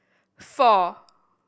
four